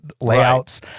layouts